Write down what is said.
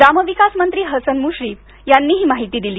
ग्रामविकास मंत्री हसन मूश्रीफ यांनी ही माहिती दिली